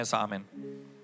Amen